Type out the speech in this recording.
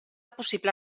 possible